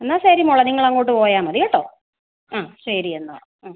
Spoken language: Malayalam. എന്നാ ശരി മോളെ നിങ്ങൾ അങ്ങോട്ട് പോയാൽ മതി കേട്ടോ ആ ശരി എന്നാൽ ആ